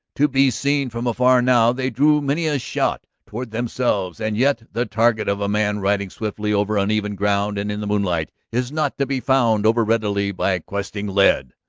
to be seen from afar now, they drew many a shot toward themselves. and yet the target of a man riding swiftly over uneven ground and in the moonlight is not to be found overreadily by questing lead.